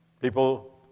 People